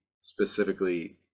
specifically